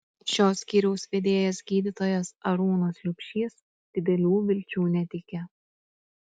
šio skyriaus vedėjas gydytojas arūnas liubšys didelių vilčių neteikė